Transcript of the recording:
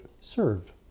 serve